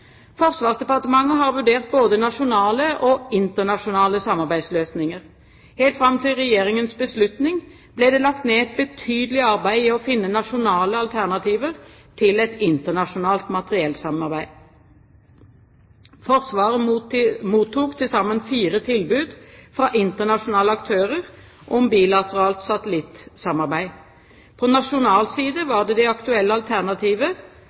Forsvarsdepartementet har vurdert både nasjonale og internasjonale samarbeidsløsninger. Helt fram til Regjeringens beslutning ble det lagt ned et betydelig arbeid i å finne nasjonale alternativer til et internasjonalt materiellsamarbeid. Forsvaret mottok til sammen fire tilbud fra internasjonale aktører om bilateralt satellittsamarbeid. På nasjonal side var det aktuelle alternativet